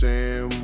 Sam